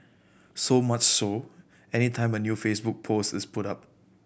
so much so any time a new Facebook post is put up